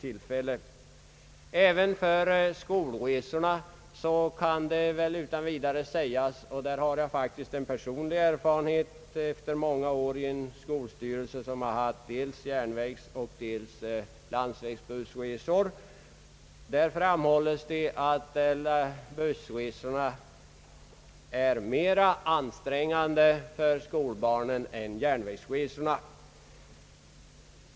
I fråga om skolresorna, som jag har personlig erfarenhet av efter många år i en skolstyrelse, kan väl utan vidare sägas att bussresor är mera ansträngande för skolbarnen än järnvägsresor.